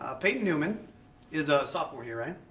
ah peyton newman is a sophomore here, right?